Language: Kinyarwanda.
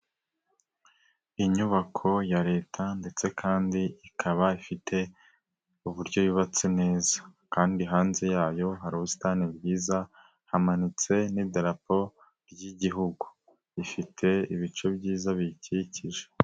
Inyubako ya leta ndetse kandi ikaba ifite uburyo yubatse neza kandi hanze yayo hari ubusitani bwiza, hamanitse n'idarapo by'igihugu ifite ibice byiza biyikikije.